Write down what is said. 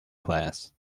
class